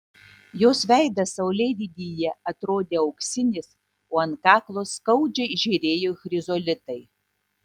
jos veidas saulėlydyje atrodė auksinis o ant kaklo skaudžiai žėrėjo chrizolitai